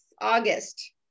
August